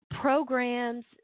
programs